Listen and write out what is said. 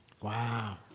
Wow